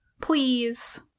Please